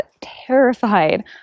terrified